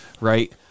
right